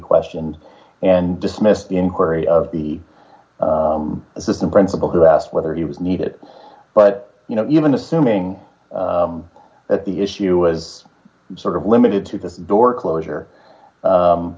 questioned and dismissed the inquiry of the assistant principal who asked whether he was needed but you know even assuming that the issue was sort of limited to the door closure